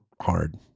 hard